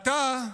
עתה,